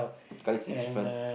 colour it's in front